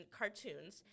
cartoons